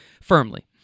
firmly